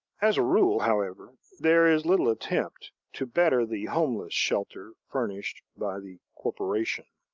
as a rule, however, there is little attempt to better the homeless shelter furnished by the corporation.